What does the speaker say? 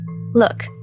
Look